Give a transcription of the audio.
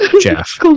Jeff